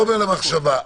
חומר למחשבה.